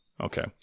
Okay